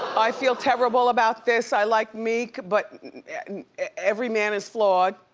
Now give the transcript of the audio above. i feel terrible about this. i like meek, but every man is flawed.